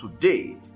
today